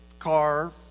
car